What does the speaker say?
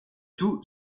tout